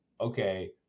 okay